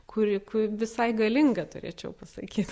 kuri visai galinga turėčiau pasakyt